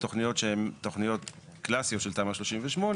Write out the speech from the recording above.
בתוכניות קלאסיות של תמ"א 38,